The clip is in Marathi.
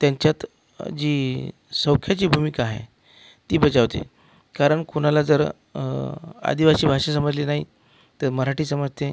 त्यांच्यात जी सौख्याची भूमिका आहे ती बजावते कारण कुणाला जर आदिवासी भाषा समजली नाही तर मराठी समजते